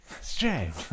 strange